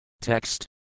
Text